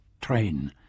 train